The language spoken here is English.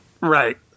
Right